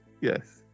Yes